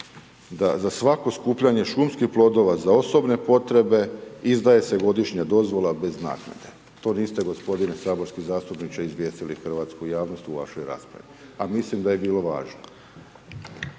da za svako skupljanje šumskih plodova za osobne potrebe izdaje se godišnja dozvola bez naknade. To niste gospodine saborski zastupniče izvijestili hrvatsku javnost u vašoj raspravi, a mislim da je bilo važno.